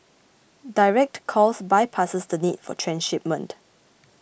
direct calls bypasses the need for transshipment